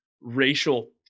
racial